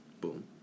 Boom